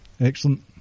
excellent